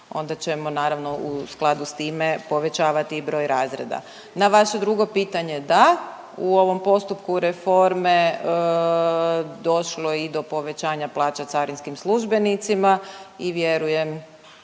onda ćemo naravno u skladu s time povećavati i broj razreda. Na vaše drugo pitanje da, u ovom postupku reforme došlo je i do povećanja plaća carinskim službenicima i vjerujem